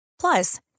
Plus